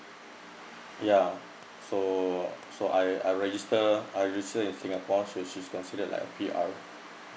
ya so so I I register I register in singapore so she's considered like P_R